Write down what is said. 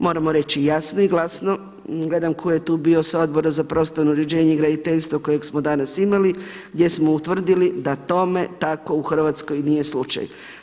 Moramo reći jasno i glasno, gledam tko je tu bio sa Odbora za prostorno uređenje i graditeljstvo kojeg smo danas imali gdje smo utvrdili da tome tako u Hrvatskoj nije slučaj.